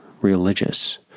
religious